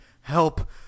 Help